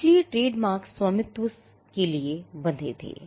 इसलिए ट्रेडमार्क स्वामित्व के लिए बंधे थे